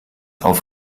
auf